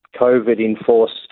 COVID-enforced